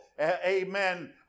amen